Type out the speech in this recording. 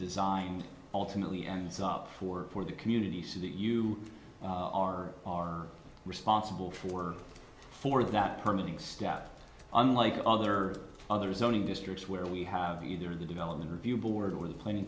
design ultimately ends up for for the community so that you are are responsible for for that part of the staff unlike other other zoning districts where we have either the development review board or the planning